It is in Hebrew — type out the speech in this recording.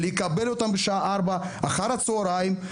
לקבל אותם בשעה 16:00 אחר הצהריים,